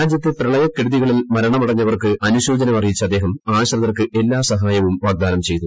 രാജ്യത്ത് പ്രളയക്കെടുതുകളിൽ മരണമടഞ്ഞവർക്ക് അനുശോചനം അറിയിച്ച അദ്ദേഹം ആശ്രിതർക്ക് എല്ലാ സഹായവും വാഗ്ദാനം ചെയ്തു